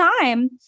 time